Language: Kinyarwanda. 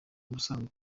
ubusanzwe